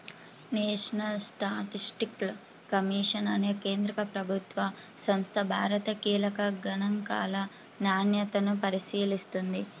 national statistical commission అనే కేంద్ర ప్రభుత్వ సంస్థ భారత కీలక గణాంకాల నాణ్యతను పరిశీలిస్తుంది